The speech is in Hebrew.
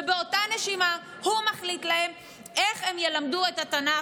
ובאותה נשימה הוא מחליט להם איך הם ילמדו את התנ"ך,